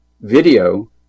video